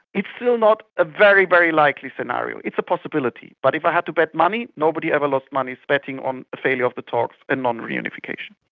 it's still not a very, very likely scenario. it's a possibility. but if i had to bet money, nobody ever lost money betting on the failure of the talks and non-reunification.